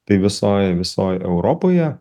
tai visoj visoj europoje